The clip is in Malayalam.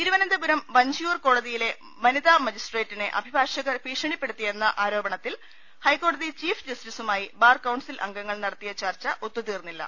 തിരുവനന്തപുരം വഞ്ചിയൂർ കോടതിയിലെ വനിതാ മജിസ്ട്രേ റ്റിനെ അഭിഭാഷകർ ഭീഷണിപ്പെടുത്തിയെന്ന് ആരോപണത്തിൽ ഹൈക്കോടതി ചീഫ് ജസ്റ്റിസുമായി ബാർ കൌൺസിൽ അംഗ ങ്ങൾ നടത്തിയ ചർച്ച ഒത്തുതീർന്നില്ല